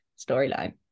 storyline